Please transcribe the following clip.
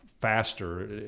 faster